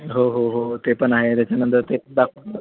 हो हो हो हो ते पण आहे त्याच्यानंतर ते दाखवलं